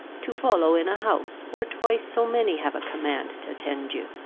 to fouow in a house, where twice so many have a command t'attend you?